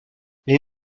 les